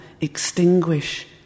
extinguish